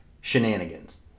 shenanigans